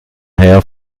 her